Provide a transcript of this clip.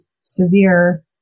severe